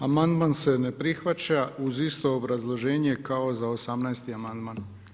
Amandman se ne prihvaća uz isto obrazloženje kao za 18. amandman.